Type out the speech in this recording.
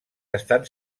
estan